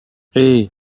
hey